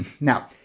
Now